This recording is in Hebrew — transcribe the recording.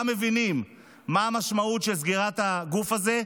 מבינים מהי המשמעות של סגירת הגוף הזה,